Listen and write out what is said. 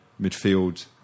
midfield